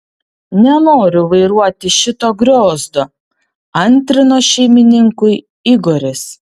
nenoriu vairuoti šito griozdo antrino šeimininkui igoris